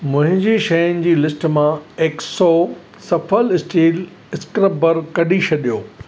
मुंहिंजी शयुनि जी लिस्ट मां एक्सो सफ़ल स्टील स्क्रबर कढी छॾियो